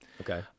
Okay